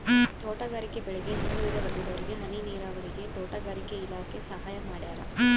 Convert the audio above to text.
ತೋಟಗಾರಿಕೆ ಬೆಳೆಗೆ ಹಿಂದುಳಿದ ವರ್ಗದವರಿಗೆ ಹನಿ ನೀರಾವರಿಗೆ ತೋಟಗಾರಿಕೆ ಇಲಾಖೆ ಸಹಾಯ ಮಾಡ್ಯಾರ